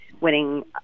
winning